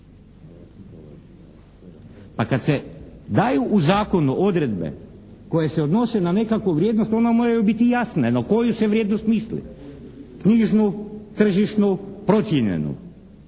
Pa kad se daju u zakonu odredbe koje se odnose na nekakvu vrijednost onda moraju biti jasne na koju se vrijednost misli. Knjižnu, tržišnu, procijenjenu